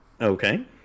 Okay